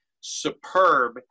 superb